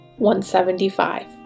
175